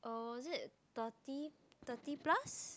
oh is it thirty thirty plus